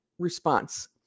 Response